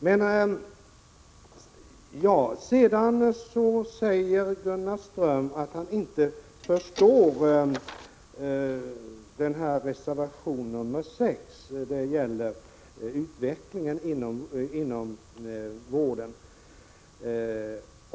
Gunnar Ström säger att han inte förstår reservation nr 6, som gäller utvecklingen inom narkomanvården.